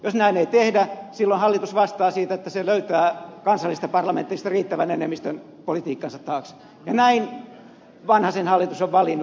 jos näin ei tehdä silloin hallitus vastaa siitä että se löytää kansallisesta parlamentista riittävän enemmistön politiikkansa taakse ja näin vanhasen hallitus on valinnut